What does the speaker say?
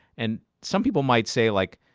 and some people might say, like